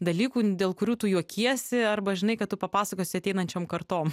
dalykų dėl kurių tu juokiesi arba žinai kad tu papasakosi ateinančiom kartom